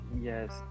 Yes